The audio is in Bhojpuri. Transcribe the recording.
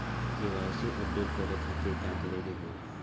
के.वाइ.सी अपडेट करे के खातिर का करे के होई?